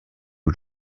aux